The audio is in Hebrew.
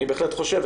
אני בהחלט חושב,